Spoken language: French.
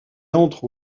entre